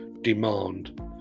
demand